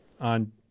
on